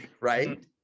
right